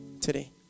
today